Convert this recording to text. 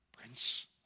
prince